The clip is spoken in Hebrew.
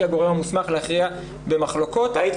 היא הגורם המוסמך להכריע במחלוקות.